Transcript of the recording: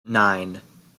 nine